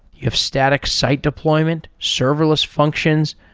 you have static site deployment, serverless functions,